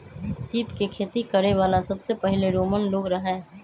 सीप के खेती करे वाला सबसे पहिले रोमन लोग रहे